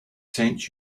sent